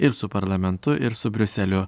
ir su parlamentu ir su briuseliu